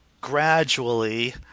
gradually